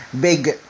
big